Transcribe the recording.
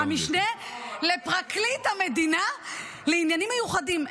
-- המשנה לפרקליט המדינה לתפקידים מיוחדים.